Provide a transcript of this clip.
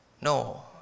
No